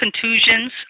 contusions